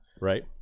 right